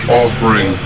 offering